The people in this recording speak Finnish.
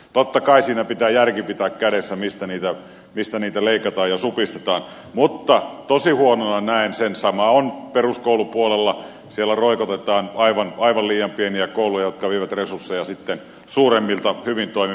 totta kai siinä pitää järki pitää kädessä mistä niitä leikataan ja supistetaan mutta tosi huonona näen sen sama on peruskoulupuolella että siellä roikotetaan aivan liian pieniä kouluja jotka vievät sitten resursseja suuremmilta hyvin toimivilta yksiköiltä